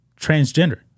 Transgender